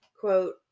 Quote